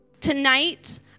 Tonight